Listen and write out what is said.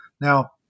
Now